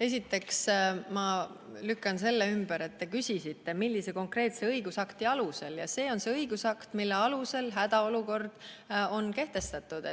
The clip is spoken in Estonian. Esiteks, ma lükkan selle ümber: te küsisite, millise konkreetse õigusakti alusel, ja see on see õigusakt, mille alusel hädaolukord on kehtestatud.